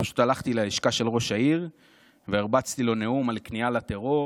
פשוט הלכתי ללשכה של ראש העיר והרבצתי לו נאום על כניעה לטרור